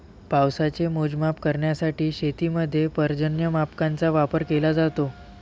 पावसाचे मोजमाप करण्यासाठी शेतीमध्ये पर्जन्यमापकांचा वापर केला जातो